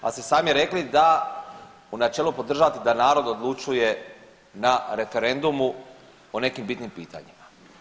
Ali ste sami rekli da u načelu podržavate da narod odlučuje na referendumu o nekim bitnim pitanjima.